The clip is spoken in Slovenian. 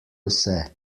vse